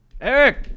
Eric